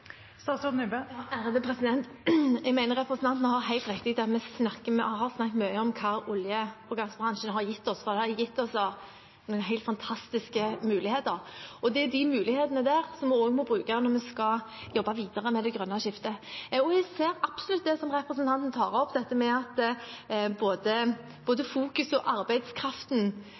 Jeg mener at representanten Bastholm har helt rett i at vi har snakket mye om hva olje- og gassbransjen har gitt oss, for den har gitt oss noen helt fantastiske muligheter. De mulighetene må vi også bruke når vi skal jobbe videre med det grønne skiftet. Jeg ser absolutt det som representanten tar opp, at gravitasjonskraften på en måte virker til fordel for denne store og